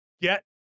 get